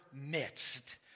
midst